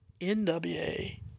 NWA